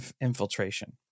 infiltration